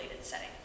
setting